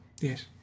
yes